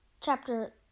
chapter